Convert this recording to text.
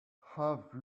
have